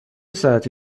ساعتی